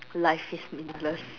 life is meaningless